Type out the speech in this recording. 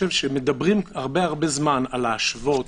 שמדברים הרבה זמן על להשוות,